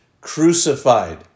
crucified